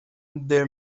the